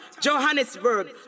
Johannesburg